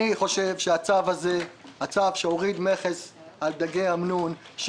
אני חושב שהצו שהוריד מכס על פילה של דגי אמנון,